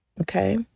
Okay